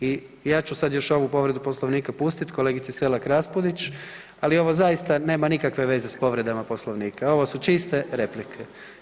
I ja ću sad još ovu povredu Poslovnika pustit kolegici Selak Raspudić, ali ovo zaista nema nikakve veze s povredama Poslovnika, ovo su čiste replike.